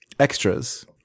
extras